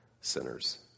sinners